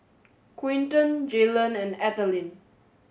Quinton Jalon and Ethelene